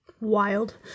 Wild